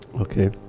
okay